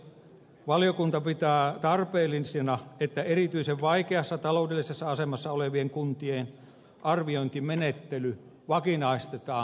valiokunta pitää tarpeellisena että erityisen vaikeassa taloudellisessa asemassa olevien kuntien arviointimenettely vakinaistetaan